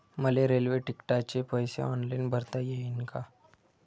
मले रेल्वे तिकिटाचे पैसे ऑनलाईन भरता येईन का?